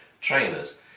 trainers